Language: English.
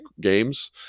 games